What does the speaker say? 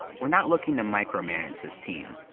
we're not looking to micromanage this team.